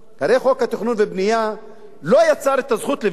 הרי חוק התכנון והבנייה לא יצר את הזכות לבנות,